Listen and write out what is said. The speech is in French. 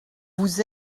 vous